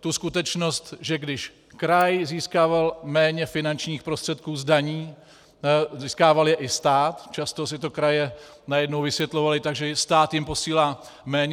tu skutečnost, že když kraj získával méně finančních prostředků z daní, získával je i stát, často si to kraje najednou vysvětlovaly tak, že stát jim posílá méně.